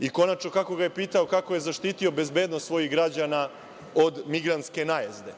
I, konačno da li ga je pitao kako je zaštitio bezbednost svojih građana od migrantske najezde?